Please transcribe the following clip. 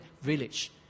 village